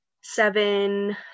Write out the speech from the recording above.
seven